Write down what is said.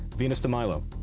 venus de milo.